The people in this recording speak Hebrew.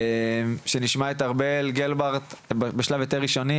שנשמע את ארבל גלברט בשלב יותר ראשוני,